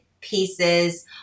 pieces